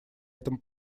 этом